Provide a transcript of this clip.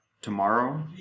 tomorrow